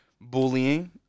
bullying